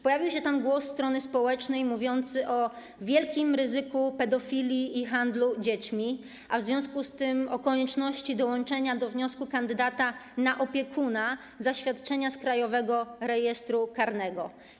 Pojawił się tam głos strony społecznej, mówiący o wielkim ryzyku pedofilii i handlu dziećmi, a w związku z tym o konieczności dołączenia do wniosku dotyczącego kandydata na opiekuna zaświadczenia z Krajowego Rejestru Karnego.